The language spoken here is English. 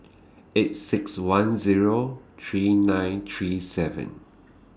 eight six one Zero three nine three seven